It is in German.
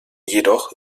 jedoch